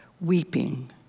weeping